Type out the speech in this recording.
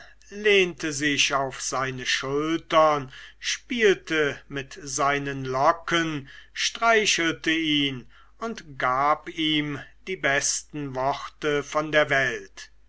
lehnte sich auf seine schultern spielte mit seinen locken streichelte ihn und gab ihm die besten worte von der welt